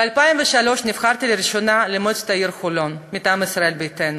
ב-2003 נבחרתי לראשונה למועצת העיר חולון מטעם ישראל ביתנו.